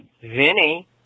Vinny